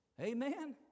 Amen